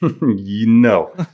No